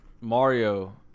Mario